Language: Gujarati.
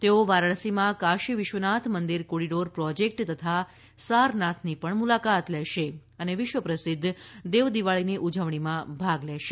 તેઓ વારાણસીમાં કાશી વિશ્વનાથ મંદિર કોરિડોર પ્રોજેક્ટ તથા સારનાથની મુલાકાત લેશે અને વિશ્વપ્રસિધ્ધ દેવદિવાળીની ઉજવણીમાં ભાગ લેશે